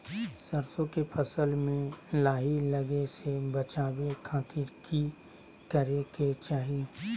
सरसों के फसल में लाही लगे से बचावे खातिर की करे के चाही?